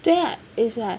对 ah is like